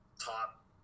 top